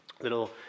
little